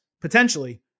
potentially